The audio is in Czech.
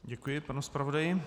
Děkuji panu zpravodaji.